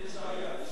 זה ישעיה.